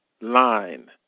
line